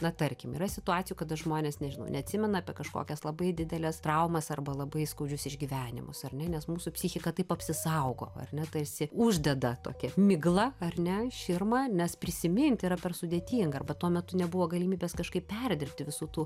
na tarkim yra situacijų kada žmonės nežinau neatsimena apie kažkokias labai dideles traumas arba labai skaudžius išgyvenimus ar ne nes mūsų psichika taip apsisaugo ar ne tarsi uždeda tokią miglą ar ne širmą nes prisiminti yra per sudėtinga arba tuo metu nebuvo galimybės kažkaip perdirbti visų tų